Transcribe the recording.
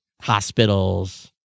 hospitals